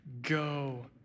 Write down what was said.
Go